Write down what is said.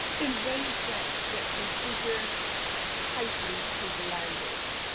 in ways that that configure tightly to the language.